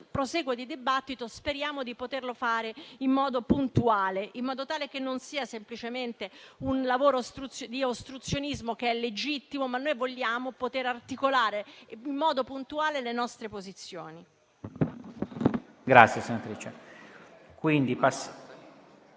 prosieguo di dibattito speriamo di poterlo fare in modo puntuale e in modo tale che non sia semplicemente un lavoro di ostruzionismo, che pure è legittimo, in quanto noi vogliamo poter articolare in modo puntuale le nostre posizioni.